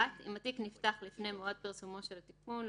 אם התיק נפתח לפני מועד פרסומו של תיקון מס'